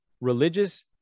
religious